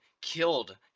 killed